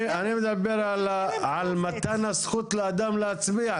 אני מדבר על מתן הזכות לאדם להצביע,